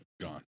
gone